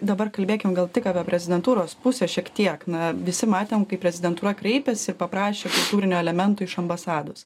dabar kalbėkim gal tik apie prezidentūros pusę šiek tiek na visi matėm kaip prezidentūra kreipėsi paprašė tūrinių elementų iš ambasados